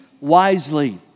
wisely